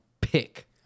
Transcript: pick